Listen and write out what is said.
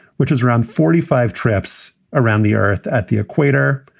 which was around forty five trips around the earth at the equator.